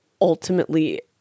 ultimately